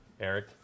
Eric